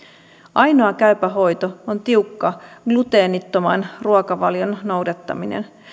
ainoa käypä hoito on tiukka gluteenittoman ruokavalion noudattaminen